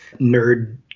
nerd